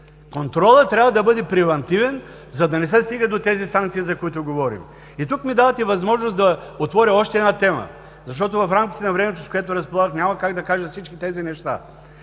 Контролът трябва да бъде превантивен, за да не се стига до тези санкции, за които говорим. И тук ми давате възможност да отворя още една тема, защото в рамките на времето, с което разполагах, няма как да кажа всички тези неща.